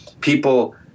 people